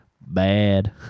bad